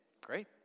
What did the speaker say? great